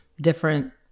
different